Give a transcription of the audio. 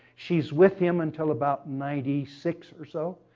she's with him until about ninety six or so.